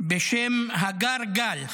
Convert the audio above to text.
בשם הגר גל,